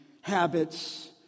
Habits